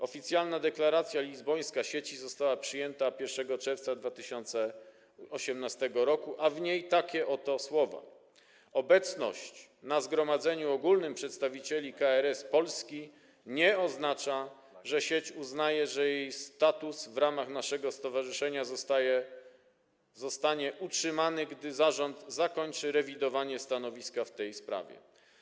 Oficjalna deklaracja lizbońska sieci została przyjęta 1 czerwca 2018 r., a w niej takie oto słowa: obecność na zgromadzeniu ogólnym przedstawicieli KRS z Polski nie oznacza, że sieć uznaje, że jej status w ramach naszego stowarzyszenia zostanie utrzymany, gdy zarząd zakończy rewidowanie stanowiska w tej sprawie.